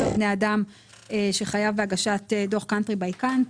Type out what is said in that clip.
בן אדם שחייב בהגשת דוח country by country